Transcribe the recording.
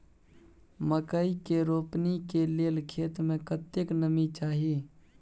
मकई के रोपनी के लेल खेत मे कतेक नमी चाही?